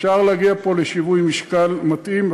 אפשר להגיע פה לשיווי משקל מתאים,